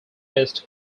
west